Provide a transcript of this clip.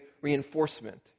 reinforcement